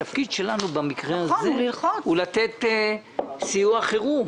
התפקיד שלנו במקרה הזה הוא לתת סיוע חירום.